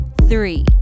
Three